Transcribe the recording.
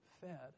fed